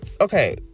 okay